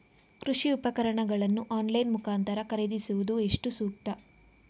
ಕೃಷಿ ಉಪಕರಣಗಳನ್ನು ಆನ್ಲೈನ್ ಮುಖಾಂತರ ಖರೀದಿಸುವುದು ಎಷ್ಟು ಸೂಕ್ತ?